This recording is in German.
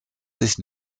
sich